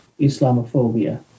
Islamophobia